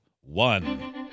one